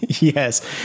Yes